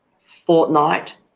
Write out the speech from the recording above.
fortnight